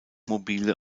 mobile